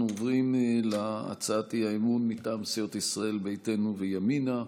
אנחנו עוברים להצעת האי-אמון מטעם סיעות ישראל ביתנו וימינה,